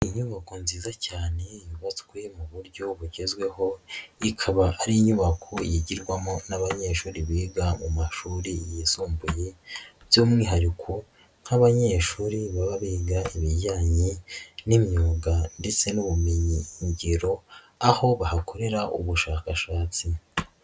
Inyubako nziza cyane yubatswe mu buryo bugezweho, ikaba ari inyubako yigirwamo n'abanyeshuri biga mu mashuri yisumbuye, by'umwihariko nk'abanyeshuri baba biga ibijyanye n'imyuga ndetse n'ubumenyingiro, aho bahakorera ubushakashatsi.